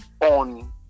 on